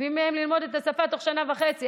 מצפים מהם ללמוד את השפה תוך שנה וחצי.